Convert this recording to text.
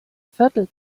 viertel